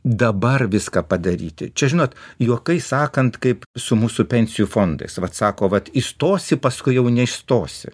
dabar viską padaryti čia žinot juokais sakant kaip su mūsų pensijų fondais vat sako vat įstosi paskui jau neįstosi